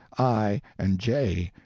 i. and j.